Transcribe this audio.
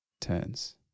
turns